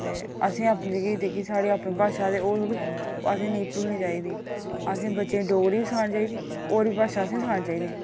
ते असें अपनी जेह्की जेह्की साढ़ी अपनी भाशा ऐ साढ़े ओह् असें नेईं भुलनी चाहिदी असें बच्चें ई डोगरी सखान्नी चाहिदी होर बी भाशा असें सखानियां चाहिदियां